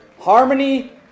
Harmony